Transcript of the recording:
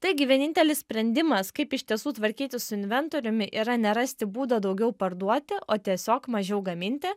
taigi vienintelis sprendimas kaip iš tiesų tvarkytis su inventoriumi yra ne rasti būdą daugiau parduoti o tiesiog mažiau gaminti